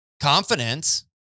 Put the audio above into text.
confidence